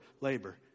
labor